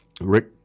Rick